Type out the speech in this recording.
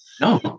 No